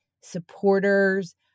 supporters